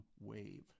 wave